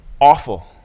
Awful